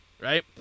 right